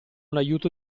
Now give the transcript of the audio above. l’aiuto